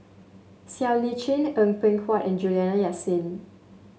Siow Lee Chin Eng Png Huat and Juliana Yasin